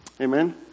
Amen